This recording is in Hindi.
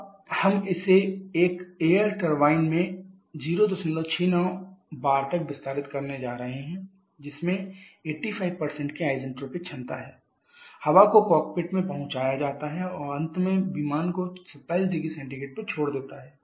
अब हम इसे एक एयर टरबाइन में 069 bar तक विस्तारित कर रहे हैं जिसमें 85 की isentropic दक्षता है हवा को कॉकपिट में पहुंचाया जाता है और अंत में विमान को 270C पर छोड़ देता है